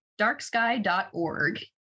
Darksky.org